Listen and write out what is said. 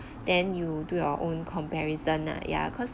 then you do your own comparison lah ya cause